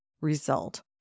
result